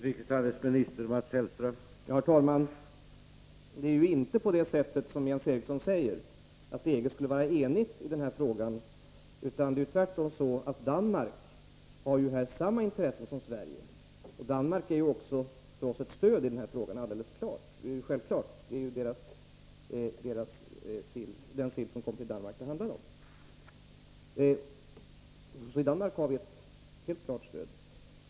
Herr talman! Det är inte så som Jens Eriksson säger, att EG-länderna skulle vara eniga i den här frågan. Tvärtom har Danmark här samma intressen som Sverige. Danmark utgör självfallet ett stort stöd för oss i den här frågan. Det är ju den sill som kommer till Danmark det handlar om. Så i Danmark har vi uppenbarligen stöd.